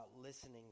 listening